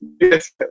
yes